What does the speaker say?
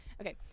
Okay